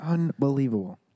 Unbelievable